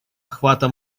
охвата